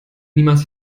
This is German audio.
niemals